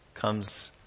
comes